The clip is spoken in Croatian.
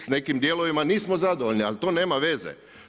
S nekim dijelovima nismo zadovoljni, ali to nema veze.